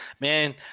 Man